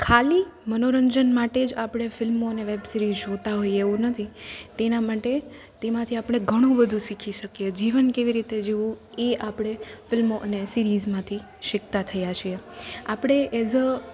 ખાલી મનોરંજન માટે જ આપણે ફિલ્મો અને વેબસીરિઝ જોતાં હોઈએ એવું નથી તેના માટે તેમાંથી આપણે ઘણું બધુ શીખી શકીએ જીવન કેવી રીતે જીવવું એ આપણે ફિલ્મો અને સીરિઝમાંથી શીખતા થયાં છીએ આપણે એઝ અ